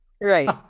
right